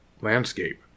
landscape